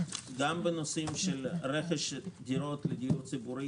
גם בנושאים של רכש דירות לדיור ציבורי